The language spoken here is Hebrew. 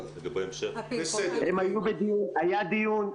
היה דיון,